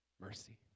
mercy